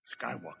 Skywalker